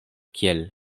kiel